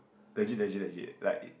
legit legit legit like